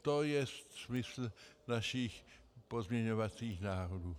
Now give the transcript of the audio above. To je smysl našich pozměňovacích návrhů.